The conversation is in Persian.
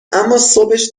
اماصبش